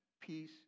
Peace